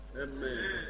Amen